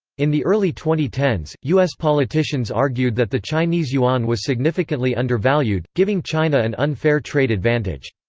in the early twenty ten us politicians argued that the chinese yuan was significantly undervalued, giving china an unfair trade advantage.